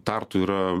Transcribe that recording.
tartu yra